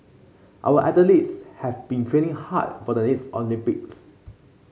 our athletes have been training hard for the next Olympics